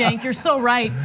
yeah you're so right.